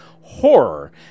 horror